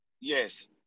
Yes